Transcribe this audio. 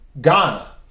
Ghana